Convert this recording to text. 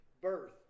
birth